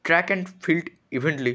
track and field event